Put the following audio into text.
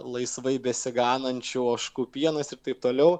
laisvai besiganančių ožkų pienas ir taip toliau